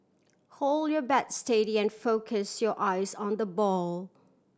hold your bat steady and focus your eyes on the ball